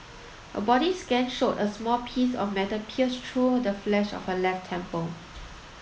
a body scan showed a small piece of metal pierced through the flesh of her left temple